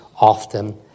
often